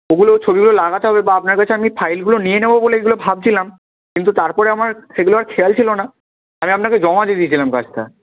ওগুলো ছবিগুলো লাগাতে হবে বা আপনার কাছে আমি ফাইলগুলো নিয়ে নেব বলে এইগুলো ভাবছিলাম কিন্তু তারপরে আমার সেগুলো আর খেয়াল ছিল না আমি আপনাকে জমা দিয়ে দিয়েছিলাম কাজটা